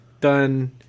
done